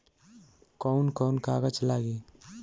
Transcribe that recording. कौन कौन कागज लागी?